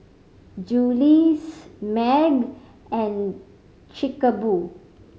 Julie's MAG and Chic a Boo